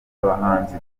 abahanzi